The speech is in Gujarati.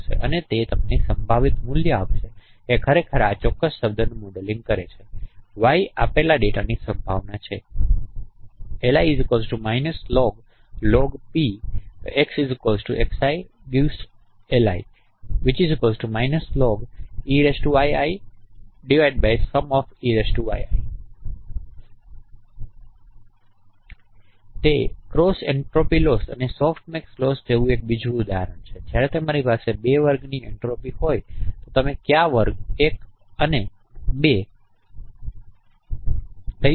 અને તે તમને સંભાવના મૂલ્ય આપશે અને તે ખરેખર આ ચોક્કસ શબ્દનું મોડેલિંગ કરે છે y આપેલા ડેટાની આ સંભાવના છે તે ક્રોસ એન્ટ્રોપી લોસ અને સોફ્ટમેક્સ લોસજેવુ બીજું ઉદાહરણ છે જ્યારે તમારી પાસે 2 વર્ગની એન્ટ્રોપી હોય તો તમે ક્યાં વર્ગ 1 અને 2 કહ્યું છે